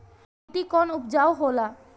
माटी कौन उपजाऊ होला?